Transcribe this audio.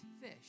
fish